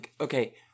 Okay